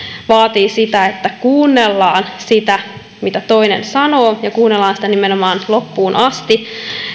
vaatii sitä että kuunnellaan sitä mitä toinen sanoo ja kuunnellaan sitä nimenomaan loppuun asti